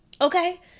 Okay